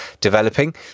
developing